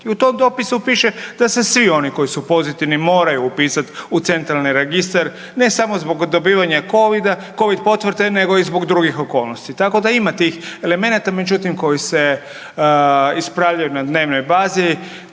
I u tom dopisu piše da se svi oni koji su pozitivni moraju upisati u centralni registar ne samo zbog dobivanja Covida, Covid potvrda nego i zbog drugih okolnosti. Tako da ima tih elemenata međutim koji se ispravljaju na dnevnoj bazi.